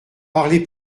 parlez